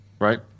right